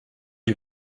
you